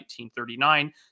1939